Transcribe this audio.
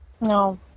No